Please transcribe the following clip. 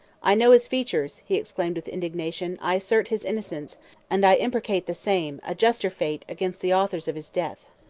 i know his features, he exclaimed with indignation i assert his innocence and i imprecate the same, a juster fate, against the authors of his death.